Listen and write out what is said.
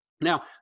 Now